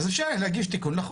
אז אפשר יהיה להגיש תיקון לחוק.